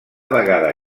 vegada